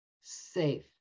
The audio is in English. safe